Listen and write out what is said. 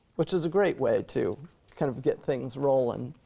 which is a great way to kind of get things rolling.